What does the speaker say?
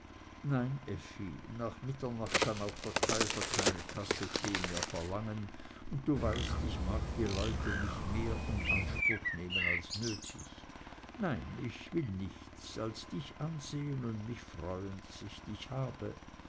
nein effi nach mitternacht kann auch der kaiser keine tasse tee mehr verlangen und du weißt ich mag die leute nicht mehr in anspruch nehmen als nötig nein ich will nichts als dich ansehen und mich freuen daß ich dich habe